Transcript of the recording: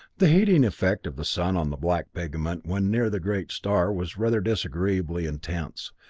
the heating effect of the sun on the black pigment when near the great star was rather disagreeably intense,